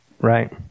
Right